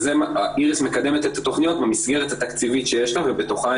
ואיריס מקדמת את התכניות במסגרת התקציבית שיש לה ובתוכה